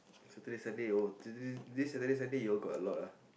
Saturday Sunday oh this this Saturday Sunday you all got a lot ah